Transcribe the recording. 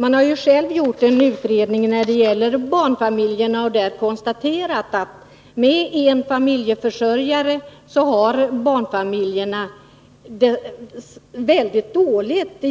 Man har gjort en utredning när det gäller barnfamiljerna och konstaterat att barnfamiljer med en familjeförsörjare har det väldigt dåligt,